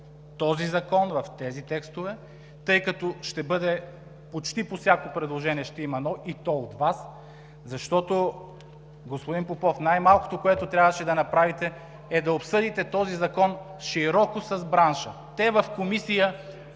този закон, в тези текстове, тъй като по всеки текст ще има предложение, и то от Вас, защото, господин Попов, най-малкото, което трябваше да направите, е да обсъдите този закон широко с бранша. В Комисията